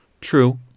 True